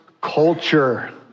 culture